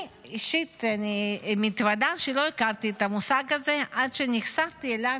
אני מתוודה שאני אישית לא הכרתי את המושג הזה עד שנחשפתי אליו